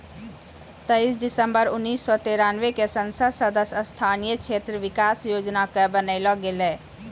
तेइस दिसम्बर उन्नीस सौ तिरानवे क संसद सदस्य स्थानीय क्षेत्र विकास योजना कअ बनैलो गेलैय